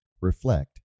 reflect